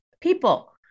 people